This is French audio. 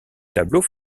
tableau